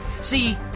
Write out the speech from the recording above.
See